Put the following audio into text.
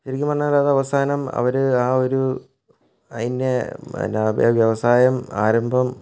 ശരിക്കും പറഞ്ഞാൽ അത് അവസാനം അവർ ആ ഒരു അതിന്റെ എന്നാ വ്യവസായം ആരംഭം